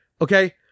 Okay